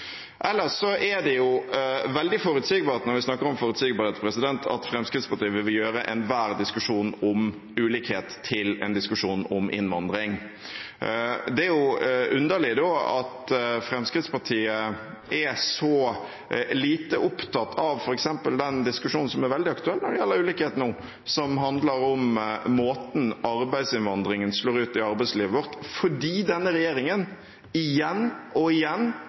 Ellers er det jo veldig forutsigbart – når vi snakker om forutsigbarhet – at Fremskrittspartiet vil gjøre enhver diskusjon om ulikhet til en diskusjon om innvandring. Det er underlig da at Fremskrittspartiet er så lite opptatt av f.eks. den diskusjonen som er veldig aktuell når det gjelder ulikhet nå, som handler om måten arbeidsinnvandringen slår ut på i arbeidslivet vårt, fordi denne regjeringen igjen og igjen